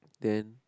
then